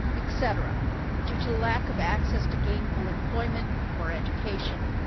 et cetera due to lack of access to gainful employment or education.